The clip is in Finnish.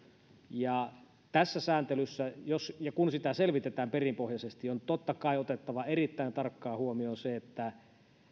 tässä sääntelyssä jos ja kun sitä selvitetään perinpohjaisesti on totta kai otettava erittäin tarkkaan huomioon se että